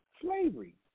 Slavery